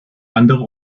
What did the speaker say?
andere